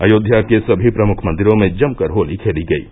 अयोध्या के सभी प्रमुख मंदिरो में जमकर होली खेली गयी